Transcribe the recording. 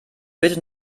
bitte